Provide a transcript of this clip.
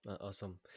Awesome